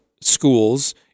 schools